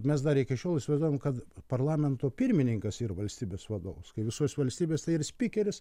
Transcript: mes dar iki šiol įsivaizduojam kad parlamento pirmininkas yr valstybės vadovas kai visose valstybės tai ir spikeris